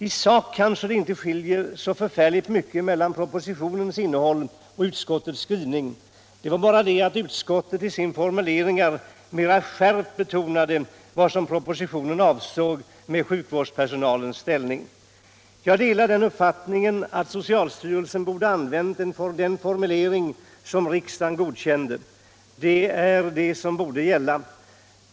I sak kanske det inte skiljer så mycket mellan propositionens innehåll och utskottets skrivning. Det var bara det att utskottet i sin formulering mer skärpt betonade det som i propositionen anfördes om sjukvårdspersonalens ställning. Jag delar uppfattningen att socialstyrelsen borde ha använt den formulering som riksdagen godkände. Det är den som borde gälla.